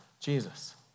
Jesus